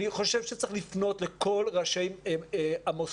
אני חושב שצריך לפנות לכל ראשי המוסדות,